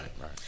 right